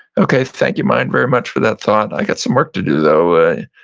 okay, thank you mind very much for that thought. i got some work to do though. ah